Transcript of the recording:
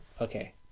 Okay